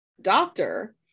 Doctor